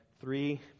three